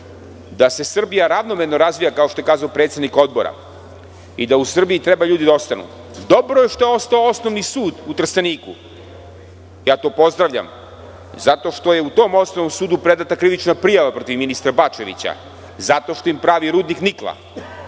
da se Srbija ravnomerno razvija, kao što je kazao predsednik Odbora, i da u Srbiji treba ljudi da ostanu, dobro je što je ostao Osnovni sud u Trsteniku. Ja to pozdravljam, zato što je u tom Osnovnom sudu predata krivična prijava protiv ministra Bačevića, zato što im pravi rudnik nikla